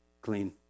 clean